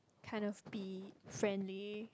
kind of be friendly